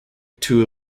two